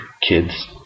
kids